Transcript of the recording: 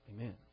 Amen